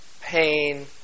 pain